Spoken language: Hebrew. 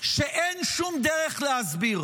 שאין שום דרך להסביר